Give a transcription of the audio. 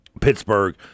Pittsburgh